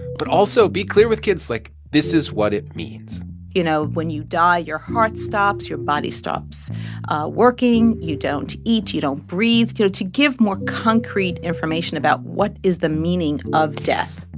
but also be clear with kids like, this is what it means you know, when you die, your heart stops. your body stops working. you don't eat. you don't breathe you know, to give more concrete information about, what is the meaning of death?